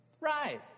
Right